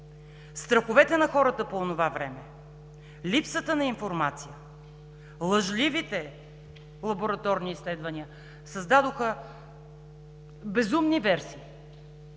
Страховете на хората по онова време, липсата на информация, лъжливите лабораторни изследвания създадоха безумни версии.